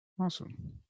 Awesome